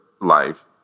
life